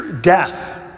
death